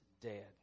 dead